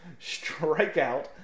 Strikeout